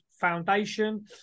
Foundation